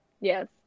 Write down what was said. Yes